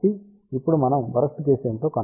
కాబట్టి ఇప్పుడు మనం వరస్ట్ కేస్ ఏమిటో కనుగొనాలి